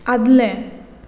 आदलें